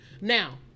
now